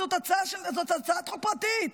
זאת הצעה חוק פרטית,